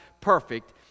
perfect